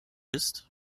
ist